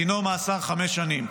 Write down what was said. דינו מאסר של חמש שנים.